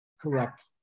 Correct